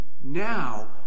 now